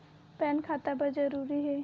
Pan खाता बर जरूरी हे?